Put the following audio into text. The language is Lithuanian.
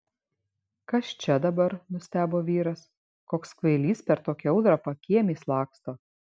kas čia dabar nustebo vyras koks kvailys per tokią audrą pakiemiais laksto